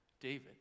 David